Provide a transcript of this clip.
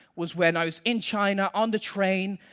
was when i was in china, on the train,